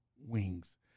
wings